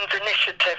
initiative